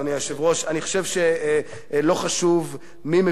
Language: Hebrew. אני חושב שלא חשוב מי מביא את החוקים,